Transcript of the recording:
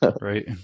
right